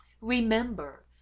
Remember